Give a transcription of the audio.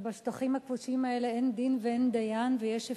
ובשטחים הכבושים האלה אין דין ואין דיין ויש הפקרות,